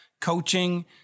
coaching